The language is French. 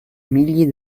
milliers